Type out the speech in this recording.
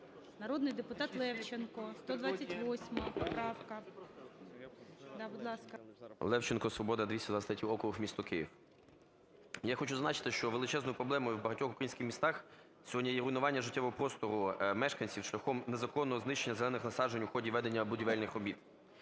Да, будь ласка. 16:20:25 ЛЕВЧЕНКО Ю.В. Левченко, "Свобода", 223 округ, місто Київ. Я хочу зазначити, що величезною проблемою у багатьох українських містах сьогодні є руйнування життєвого простору мешканців шляхом незаконного знищення зелених насаджень у ході ведення будівельних робіт.